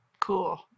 Cool